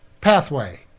pathway